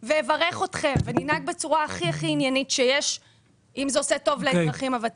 לכן אם אנחנו נשים דגש על הנקודה הזאת,